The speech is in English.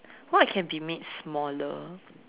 what can be made smaller